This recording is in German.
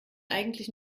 eigentlich